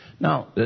Now